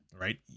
Right